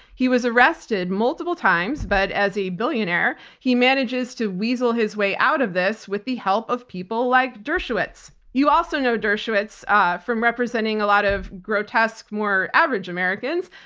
he was arrested multiple times, but as a billionaire, he manages to weasel his way out of this with the help of people like dershowitz. you also know dershowitz from representing a lot of grotesque, more average americans,